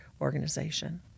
organization